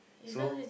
so